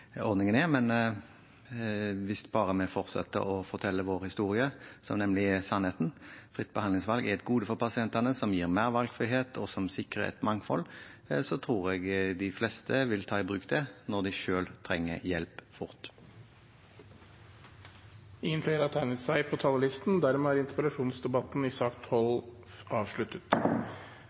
et gode for pasientene, at det gir mer valgfrihet og sikrer et mangfold – tror jeg de fleste vil ta det i bruk når de selv trenger hjelp fort. Debatten i sak nr. 12 er da avsluttet. Dermed er